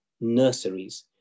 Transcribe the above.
nurseries